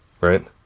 Right